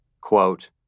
Quote